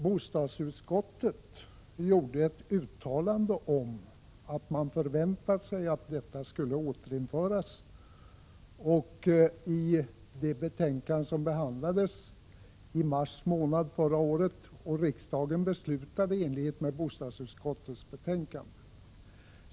Bostadsutskottet gjorde ett uttalande i det betänkande som behandlades i mars månad förra året om att man förväntade sig att bidraget skulle återinföras, och riksdagen beslutade i enlighet med bostadsutskottets hemställan.